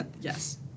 Yes